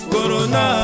Corona